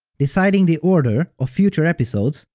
deciding the order of future episodes,